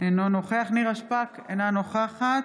אינו נוכח נירה שפק, אינה נוכחת